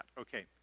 Okay